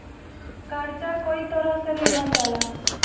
कर्जा कई तरह से लेहल जाला